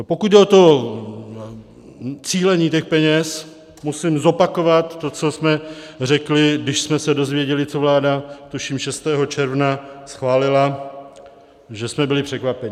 Pokud jde o cílení těch peněz, musím zopakovat to, co jsme řekli, když jsme se dozvěděli, co vláda tuším 6. června schválila, že jsme byli překvapeni.